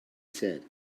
said